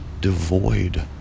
devoid